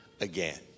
again